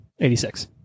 86